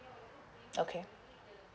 okay